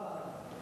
לא,